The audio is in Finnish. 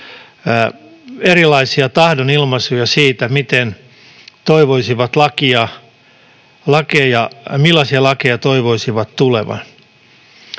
erilaisia tahdonilmaisuja siitä, millaisia lakeja he toivoisivat tulevan.